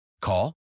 Call